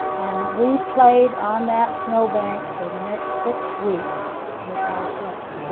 and we played on that snowbank for the next six weeks with our sleds.